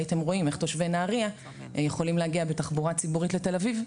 הייתם רואים איך תושבי נהריה יכולים להגיע בתחבורה ציבורית לתל אביב,